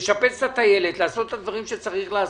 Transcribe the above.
לשפץ את הטיילת ולעשות את הדברים שצריך לעשות,